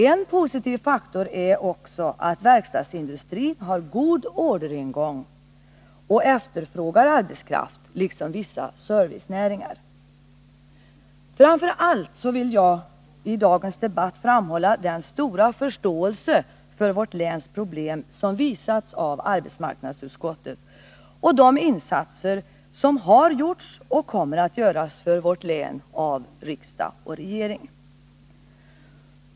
En positiv faktor är också att verkstadsindustrierna har god orderingång och efterfrågar arbetskraft, vilket också vissa servicenäringar gör. Framför allt vill jag i dagens debatt framhålla den stora förståelse för vårt läns problem som visats av arbetsmarknadsutskottet och de insatser som har gjorts och kommer att göras för vårt län av riksdag och regering.